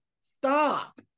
stop